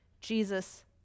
Jesus